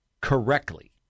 correctly